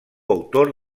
autor